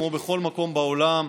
כמו בכל מקום בעולם,